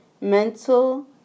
mental